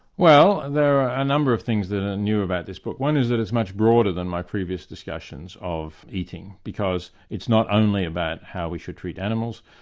well there are a number of things that are new about this book. one is that it's much broader than my previous discussions of eating, because it's not only about how we should treat animals,